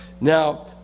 Now